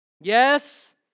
Yes